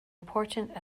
important